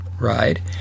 ride